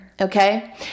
Okay